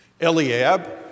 Eliab